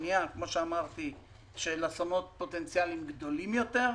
של אסונות פוטנציאליים גדולים יותר.